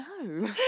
No